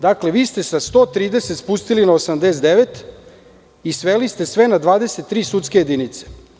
Dakle, vi ste sa 130 spustili na 89 i sveli ste sve na 23 sudske jedinice.